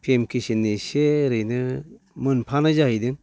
P M किसाननि एसे ओरैनो मोनफानाय जाहैदों